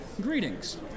greetings